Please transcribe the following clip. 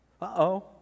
Uh-oh